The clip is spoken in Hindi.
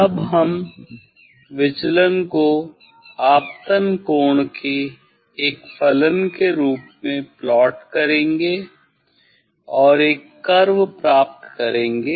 तब हम विचलन को आपतन कोण के एक फलन के रूप में प्लॉट करेंगे और एक कर्व प्राप्त करेंगे